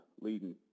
leading